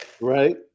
right